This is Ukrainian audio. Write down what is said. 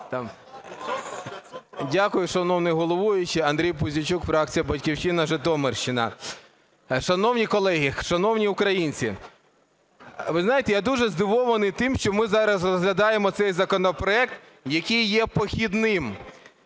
Дякую, шановний головуючий. Андрій Пузійчук, фракція "Батьківщина", Житомирщина. Шановні колеги, шановні українці! Ви знаєте, я дуже здивований тим, що ми зараз розглядаємо цей законопроект, який є похідним.